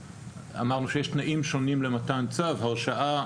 אמרנו שיש תנאים שונים למתן צו - הרשעה,